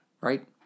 right